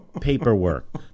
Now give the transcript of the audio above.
paperwork